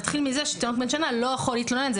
נתחיל מזה שתינוק בן שנה לא יכול להתלונן.